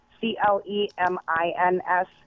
C-L-E-M-I-N-S